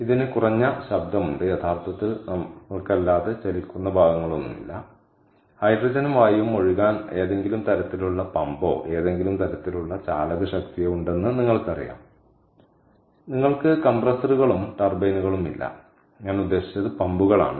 ഇതിന് കുറഞ്ഞ ശബ്ദമുണ്ട് യഥാർത്ഥത്തിൽ നമ്മൾക്കല്ലാതെ ചലിക്കുന്ന ഭാഗങ്ങളൊന്നുമില്ല ഹൈഡ്രജനും വായുവും ഒഴുകാൻ ഏതെങ്കിലും തരത്തിലുള്ള പമ്പോ ഏതെങ്കിലും തരത്തിലുള്ള ചാലകശക്തിയോ ഉണ്ടെന്ന് നിങ്ങൾക്കറിയാം നിങ്ങൾക്ക് കംപ്രസ്സറുകളും ടർബൈനുകളും ഇല്ല ഞാൻ ഉദ്ദേശിച്ചത് പമ്പുകളാണ്